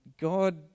God